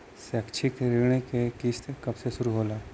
शैक्षिक ऋण क किस्त कब से शुरू होला?